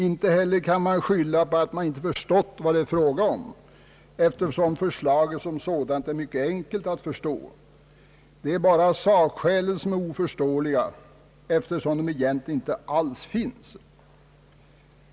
Inte heller kan man skylla på att man inte förstått vad det är fråga om, eftersom förslaget som sådant är mycket enkelt att förstå. Det är bara sakskälen som är oförståeliga, eftersom de egentligen inte alls finns.